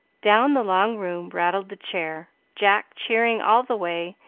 down the long room rattled the chair, jack cheering all the way,